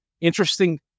interesting